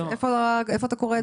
איפה אתה קורא את זה?